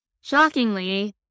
shockingly